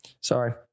Sorry